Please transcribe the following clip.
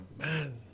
man